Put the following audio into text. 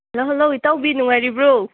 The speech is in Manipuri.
ꯍꯜꯂꯣ ꯍꯜꯂꯣ ꯏꯇꯥꯎꯕꯤ ꯅꯨꯡꯉꯥꯏꯔꯤꯕ꯭ꯔꯣ